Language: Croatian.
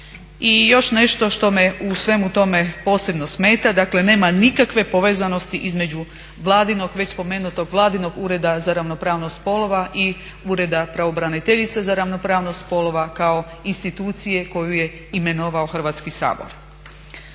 I još nešto što me u svemu tome posebno smeta, dakle nema nikakve povezanosti između vladinog već spomenutog vladinog ureda za ravnopravnost spolova i ureda pravobraniteljice za ravnopravnost spolova kao institucije koju je imenovao Hrvatski sabor.